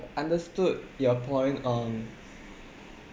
understood your point on